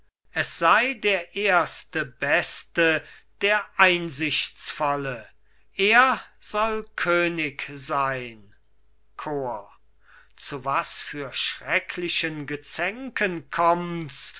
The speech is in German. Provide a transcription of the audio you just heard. es sei der erste beste der einsichtsvolle er soll könig sein chor zu was für schrecklichen gezänken kommt's